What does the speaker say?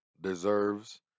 deserves